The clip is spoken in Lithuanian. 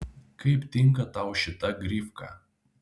kaip tinka tau šita grifka